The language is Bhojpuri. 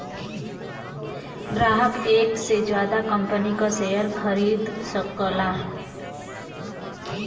ग्राहक एक से जादा कंपनी क शेयर खरीद सकला